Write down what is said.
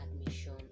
admission